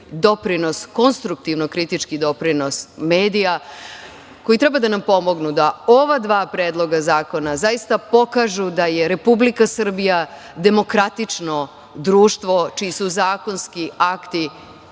konstruktivno kritički doprinos medija, koji treba da nam pomognu da ova dva predloga zakona zaista pokažu da je Republika Srbija demokratično društvo, čiji su zakonski akti